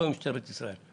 לא עם משטרת ישראל.